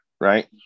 right